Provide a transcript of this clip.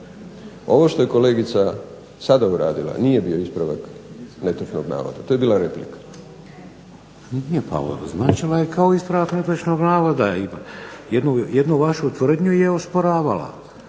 Ovo što je kolegica sada uradila nije bio ispravak netočnog navoda, to je bila replika. **Šeks, Vladimir (HDZ)** Pa označila je kao ispravak netočnog navoda, i jednu vašu tvrdnju je osporavala.